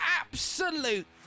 absolute